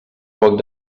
poc